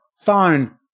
phone